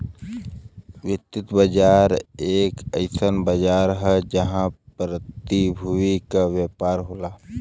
वित्तीय बाजार एक अइसन बाजार हौ जहां प्रतिभूति क व्यापार होला